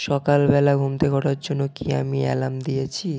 সকালবেলা ঘুম থেকে ওঠার জন্য কি আমি অ্যালার্ম দিয়েছি